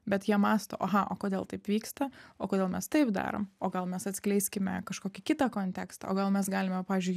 bet jie mąsto aha o kodėl taip vyksta o kodėl mes taip darom o gal mes atskleiskime kažkokį kitą kontekstą o gal mes galime pavyzdžiui